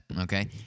okay